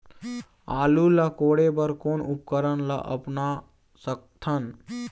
आलू ला कोड़े बर कोन उपकरण ला अपना सकथन?